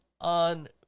on